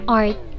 art